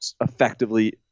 effectively